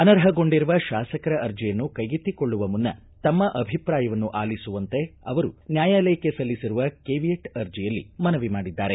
ಅನರ್ಹಗೊಂಡಿರುವ ಶಾಸಕರ ಅರ್ಜಿಯನ್ನು ಕೈಗೆತ್ತಿಕೊಳ್ಳುವ ಮುನ್ನ ತಮ್ನ ಅಭಿಪ್ರಾಯವನ್ನು ಆಲಿಸುವಂತೆ ಅವರು ನ್ನಾಯಾಲಯಕ್ಕೆ ಸಲ್ಲಿಸಿರುವ ಕೆವಿಯೆಟ್ ಅರ್ಜಿಯಲ್ಲಿ ಮನವಿ ಮಾಡಿದ್ದಾರೆ